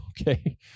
Okay